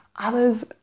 Others